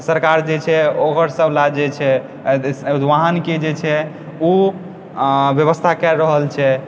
सरकार जे छै ओकर सब लए जे छै वाहनके जे छै उ व्यवस्था करि रहल छै